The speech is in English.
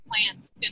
plants